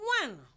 one